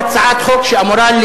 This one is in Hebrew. זה "אאוטינג".